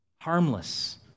harmless